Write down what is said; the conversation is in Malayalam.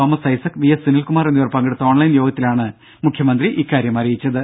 തോമസ് ഐസക് വി എസ് സുനിൽകുമാർ എന്നിവർ പങ്കെടുത്ത ഓൺലൈൻ യോഗത്തിലാണ് മുഖ്യമന്ത്രി ഇക്കാര്യം അറിയിച്ചത്